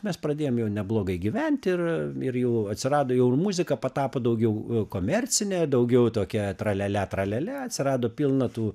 mes pradėjom neblogai gyvent ir ir jau atsirado jau ir muzika patapo daugiau komercinė daugiau tokia tralialia tralialia atsirado pilna tų